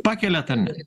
pakeliat ar ne